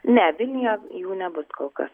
ne vilniuje jų nebus kol kas